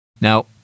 Now